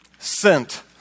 sent